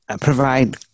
provide